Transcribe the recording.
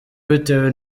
bitewe